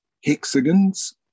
hexagons